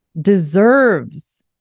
deserves